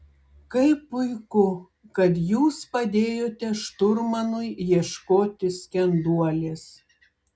kaip puiku kad jūs padėjote šturmanui ieškoti skenduolės